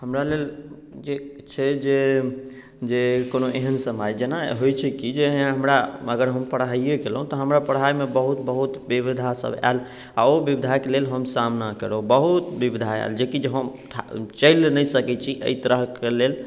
हमरा लेल जे छै जे जे कोनो एहन समय जेना होइ छै कि जे हमरा अगर हम पढ़ाइए केलहुँ तऽ हमरा पढ़ाइमे बहुत बहुत विविधासब आएल आओर ओ विविधाके लेल हम सामना करब बहुत विविधा आएल जेकि हम ठाड़ चलि नहि सकै छी एहि तरहके लेल